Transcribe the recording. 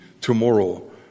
tomorrow